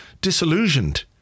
disillusioned